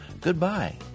goodbye